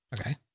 okay